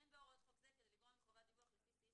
(א)אין בהוראות חוק זה כדי לגרוע מחובת דיווח לפי סעיף